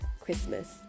Christmas